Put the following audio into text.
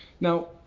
Now